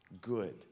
good